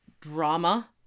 drama